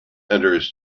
enters